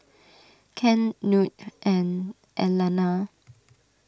Ken Knute and Elana